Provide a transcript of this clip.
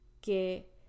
que